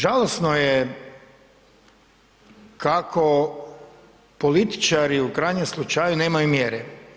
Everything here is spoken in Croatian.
Žalosno je kako političari u krajnjem slučaju nemaju mjere.